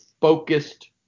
focused